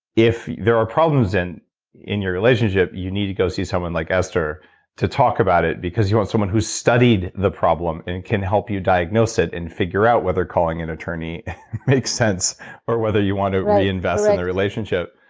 if there are problems in in your relationship, you need to go see someone like esther to talk about it because you want someone who studied the problem and can help you diagnose it and figure out whether calling an attorney make sense or whether you want to reinvest in the relationship.